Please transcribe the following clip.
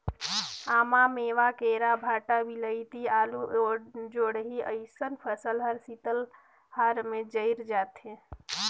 आमा, मेवां, केरा, भंटा, वियलती, आलु, जोढंरी अइसन फसल हर शीतलहार में जइर जाथे